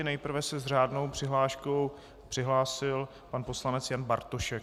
Nejprve se s řádnou přihláškou přihlásil pan poslanec Jan Bartošek.